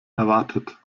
erwartet